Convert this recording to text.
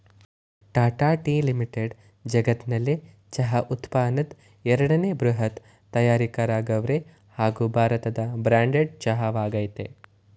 Tata tea limited ಜಗತ್ನಲ್ಲೆ ಚಹಾ ಉತ್ಪನ್ನದ್ ಎರಡನೇ ಬೃಹತ್ ತಯಾರಕರಾಗವ್ರೆ ಹಾಗೂ ಭಾರತದ ಬ್ರ್ಯಾಂಡೆಡ್ ಚಹಾ ವಾಗಯ್ತೆ